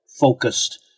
focused